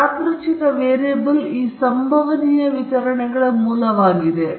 ಆದ್ದರಿಂದ ಯಾದೃಚ್ಛಿಕ ವೇರಿಯೇಬಲ್ ಈ ಸಂಭವನೀಯ ವಿತರಣೆಗಳ ಮೂಲವಾಗಿದೆ